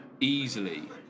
easily